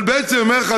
אבל בעצם אני אומר לך,